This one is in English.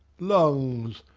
lungs.